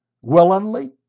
willingly